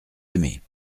aimé